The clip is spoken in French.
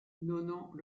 nonant